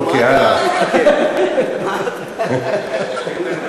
נו, מה אתה מתעכב?